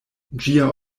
ĝia